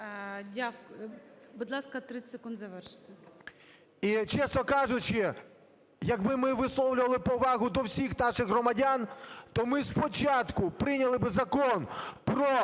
Будь ласка, 30 секунд завершити. ШУФРИЧ Н.І. І, чесно кажучи, якби ми висловлювали повагу до всіх наших громадян, то ми спочатку прийняли би Закон про